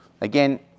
Again